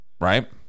right